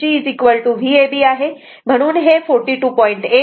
इथे VfgVab आहे म्हणून हे 42